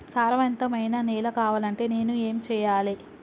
సారవంతమైన నేల కావాలంటే నేను ఏం చెయ్యాలే?